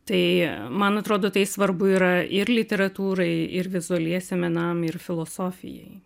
tai man atrodo tai svarbu yra ir literatūrai ir vizualiesiem menam ir filosofijai